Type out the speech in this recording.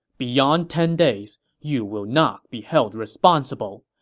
beyond ten days, you will not be held responsible.